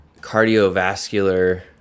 cardiovascular